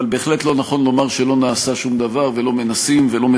על מנת לנסות ביחד קודם כול למפות את הצרכים ואת הבעיות,